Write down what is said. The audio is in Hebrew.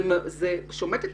זה שומט את